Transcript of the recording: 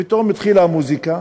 פתאום התחילה מוזיקה,